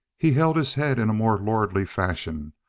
he held his head in a more lordly fashion.